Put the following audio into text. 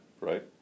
Right